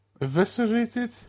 eviscerated